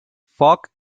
foc